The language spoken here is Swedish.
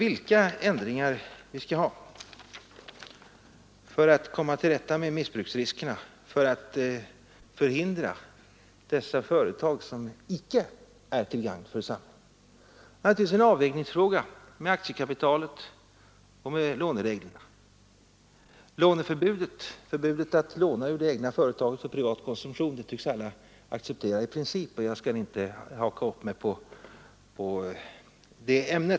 Vilka ändringar vi skall göra för att komma till rätta med missbruksriskerna och för att stoppa företag som icke är till gagn för samhället är naturligtvis en avvägningsfråga. Förbudet mot att låna ur det egna företaget för privat konsumtion tycks alla acceptera i princip, och jag skall inte närmare gå in på den frågan.